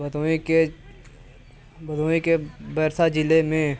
भदोही के भदोही के बर्षा जिले में